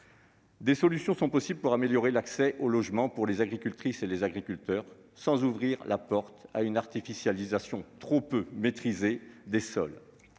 Des solutions sont possibles pour améliorer l'accès au logement pour les agriculteurs sans ouvrir la porte à une artificialisation trop peu maîtrisée des sols.